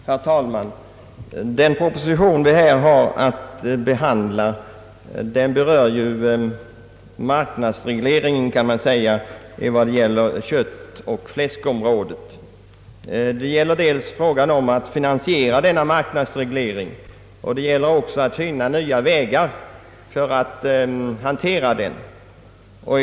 Herr talman! Den proposition vi här har att behandla berör marknadsregleringen på köttoch fläskområdet. Det är fråga om att finansiera denna mark nadsreglering, men det är också fråga om att finna nya vägar för att hantera regleringen.